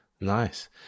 Nice